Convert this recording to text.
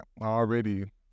already